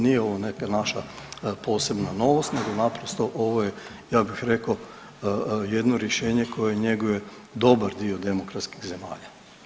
Nije ovo neka naša posebna novost nego naprosto ovo je ja bih rekao jedno rješenje koje njeguje dobar dio demokratskih zemalja.